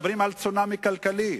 מדברים על צונאמי כלכלי,